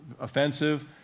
offensive